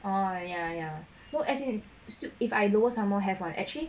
oh ya ya no as in if I lower some more have [one] actually